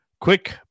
quick